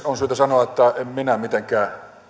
on syytä sanoa että en minä mitenkään